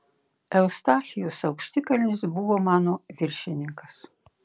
eustachijus aukštikalnis buvo mano viršininkas